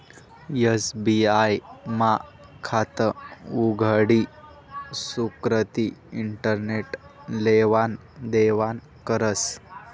SBI मा खातं उघडी सुकृती इंटरनेट लेवान देवानं करस